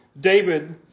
David